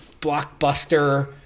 blockbuster